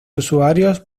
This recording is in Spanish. usuarios